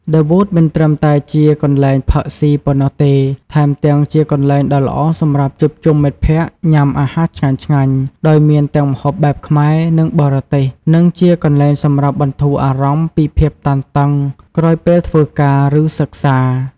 ឌឹ វូត មិនត្រឹមតែជាកន្លែងផឹកស៊ីប៉ុណ្ណោះទេ ថែមទាំងជាកន្លែងដ៏ល្អសម្រាប់ជួបជុំមិត្តភក្តិ ញ៉ាំអាហារឆ្ងាញ់ៗ ដោយមានទាំងម្ហូបបែបខ្មែរ និងបរទេស និងជាកន្លែងសម្រាប់បន្ធូរអារម្មណ៍ពីភាពតានតឹងក្រោយពេលធ្វើការ ឬសិក្សា។